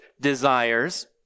desires